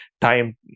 time